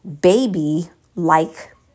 baby-like